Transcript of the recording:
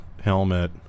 helmet